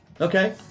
Okay